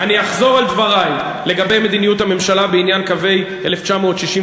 אני אחזור על דברי: לגבי מדיניות הממשלה בעניין קווי 67',